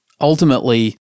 ultimately